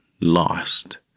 lost